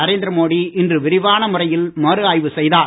நரேந்திர மோடி இன்று விரிவான முறையில் மறு ஆய்வு செய்தார்